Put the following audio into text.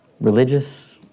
religious